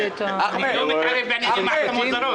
הוא כרגע יושב במונית,